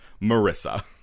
Marissa